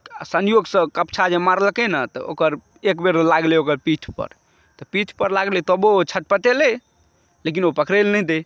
आ संयोगसँ कप्छा जे मारलकै ने तऽ ओकर एकबेर लागलै ओकर पीठ पर तऽ पीठ पर लागलै तबो ओ छटपटेलै लेकिन ओ पकड़ै लए नहि दै